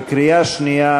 בקריאה שנייה,